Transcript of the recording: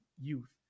youth